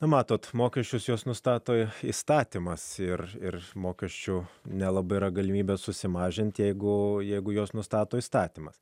nu matot mokesčius juos nustato įstatymas ir ir mokesčių nelabai yra galimybė susimažinti jeigu jeigu juos nustato įstatymas